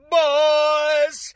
boys